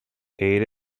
ate